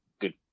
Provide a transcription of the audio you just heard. good